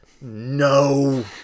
No